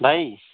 ଭାଇ